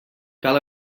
cal